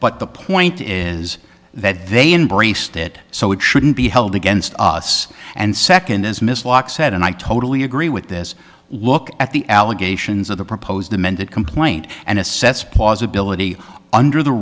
but the point is that they embraced it so it shouldn't be held against us and second as mislike said and i totally agree with this look at the allegations of the proposed amended complaint and assess plausibility under the